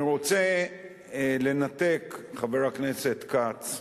אני רוצה לנתק, חבר הכנסת כץ,